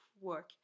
work